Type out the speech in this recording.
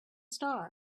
star